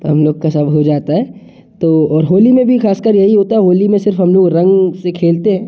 तो हम लोग का सब हो जाता है तो और होली में भी खासकर यही होता है होली में सिर्फ हम लोग रंग से खेलते हैं